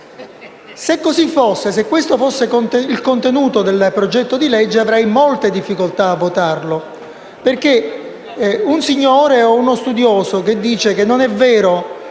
Se così fosse, se questo fosse il contenuto del disegno di legge, avrei molte difficoltà a votarlo perché un signore, o uno studioso, che dica che non è vero